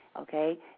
Okay